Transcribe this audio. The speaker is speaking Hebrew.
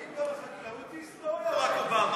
האם גם החקלאות היא היסטוריה או רק אובמה,